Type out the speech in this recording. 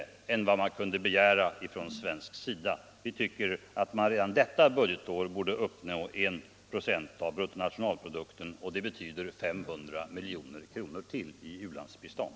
Vi tycker att man redan detta budgetår borde uppnå 1 96 av bruttona tionalprodukten, och det betyder ytterligare 500 milj.kr. i u-landsbistånd.